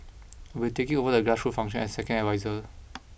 I'll be taking over the grassroot function as second adviser